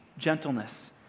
Gentleness